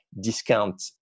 discount